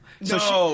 No